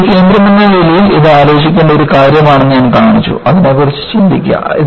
ഒരു കേന്ദ്രമെന്ന നിലയിൽ ഇത് ആലോചിക്കേണ്ട ഒരു കാര്യമാണെന്ന് ഞാൻ കാണിച്ചു അതിനെക്കുറിച്ച് ചിന്തിക്കുക